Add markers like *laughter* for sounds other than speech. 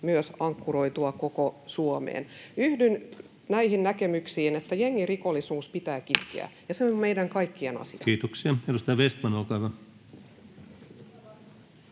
myös ankkuroitua koko Suomeen. Yhdyn näihin näkemyksiin, että jengirikollisuus pitää kitkeä, *noise* ja se on meidän kaikkien asia. Kiitoksia. — Edustaja Vestman, olkaa hyvä.